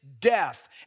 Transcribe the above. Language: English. death